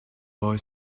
boy